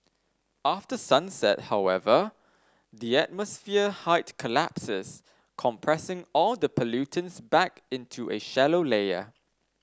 after sunset however the atmosphere height collapses compressing all the pollutants back into a shallow layer